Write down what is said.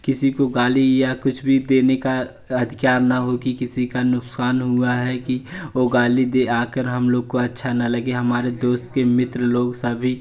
किसी को गाली या कुछ भी देने का अधिकार न हो कि किसी का नुकसान हुआ है कि वह गाली दे आकर हम लोग को अच्छा ना लगे हमारे दोस्त के मित्र लोग सभी